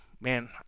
man